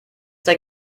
dein